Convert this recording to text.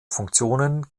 funktionen